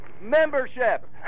membership